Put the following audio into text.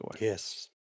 Yes